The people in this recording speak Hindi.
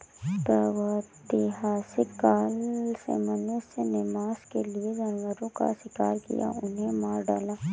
प्रागैतिहासिक काल से मनुष्य ने मांस के लिए जानवरों का शिकार किया, उन्हें मार डाला